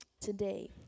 today